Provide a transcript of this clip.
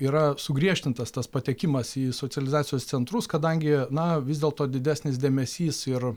yra sugriežtintas tas patekimas į socializacijos centrus kadangi na vis dėlto didesnis dėmesys ir